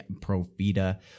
Profita